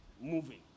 moving